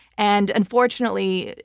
and unfortunately,